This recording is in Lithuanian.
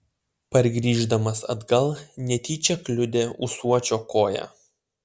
pargrįždamas atgal netyčia kliudė ūsuočio koją